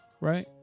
Right